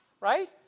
right